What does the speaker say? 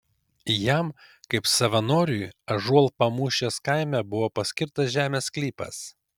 jam kaip savanoriui ąžuolpamūšės kaime buvo paskirtas žemės sklypas